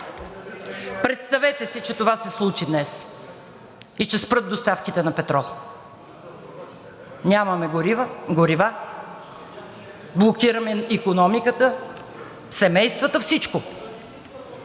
Представете си, че това се случи днес, и че спрат доставките на петрол. Нямаме горива, блокираме икономиката, семействата – всичко.